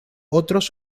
otros